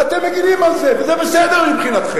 ואתם מגינים על זה, וזה בסדר מבחינתכם.